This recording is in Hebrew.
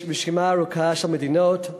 יש רשימה ארוכה של מדינות,